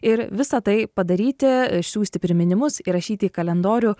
ir visa tai padaryti išsiųsti priminimus įrašyti į kalendorių